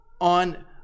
on